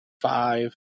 five